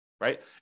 right